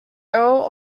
earl